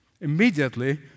immediately